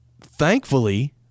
thankfully